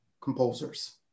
composers